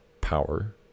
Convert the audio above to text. power